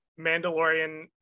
mandalorian